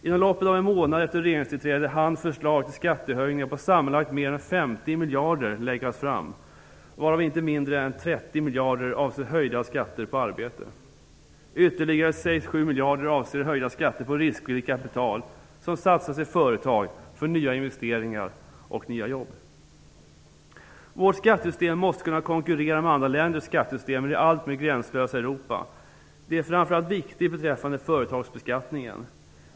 Inom loppet av en månad efter regeringstillträdet hann förslag till skattehöjningar på sammanlagt mer än 50 miljarder läggas fram, varav inte mindre än 30 Vårt skattesystem måste kunna konkurrera med andra länders skattesystem i det alltmer gränslösa Europa. Det är framför allt viktigt beträffande företagsbeskattningen.